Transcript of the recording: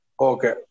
Okay